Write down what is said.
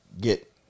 get